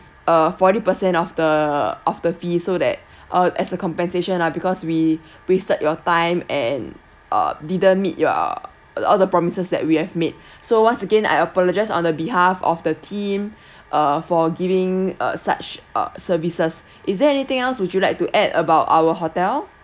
uh forty percent of the of the fee so that uh as a compensation ah because we wasted your time and uh didn't meet your all the promises that we have made so once again I apologize on the behalf of the team uh for giving uh such uh services is there anything else would you like to add about our hotel